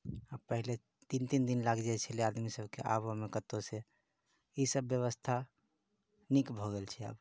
आओर पहिले तीन तीन दिन लागि जाइ छलै आदमी सबकेँ आबऽ मे कतौ से ई सब व्यवस्था नीक भऽ गेल छै आब